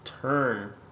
turn